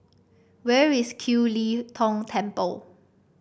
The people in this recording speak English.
where is Kiew Lee Tong Temple